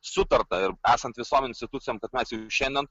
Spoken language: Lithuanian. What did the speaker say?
sutarta ir esant visom institucijom kad mes jau šiandien